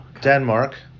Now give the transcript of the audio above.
Denmark